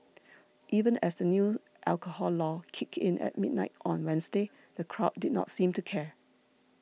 even as the new alcohol law kicked in at midnight on Wednesday the crowd did not seem to care